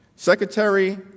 Secretary